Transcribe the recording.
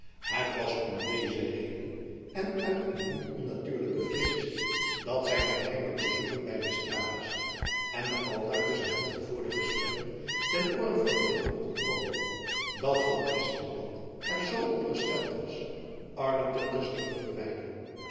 het was om deze reden en uit een niet onnatuurlijke vrees dat zijn geheime bezoeken by d'estrades en de aldaar tusschen hen gevoerde gesprekken ter oore van de witt mochten komen dat van espenblad er zoo op gesteld was arlington terstond te verwijderen